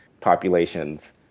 populations